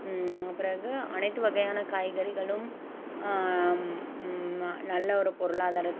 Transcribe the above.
பிறகு அனைத்து வகையான காய்கறிகளும் நல்ல ஒரு பொருளாதார